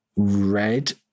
Red